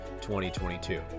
2022